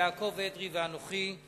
יעקב אדרי ואנוכי.